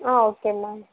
ஆ ஓகேங்க மேம்